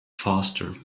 faster